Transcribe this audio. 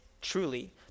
Truly